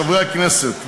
חברי הכנסת,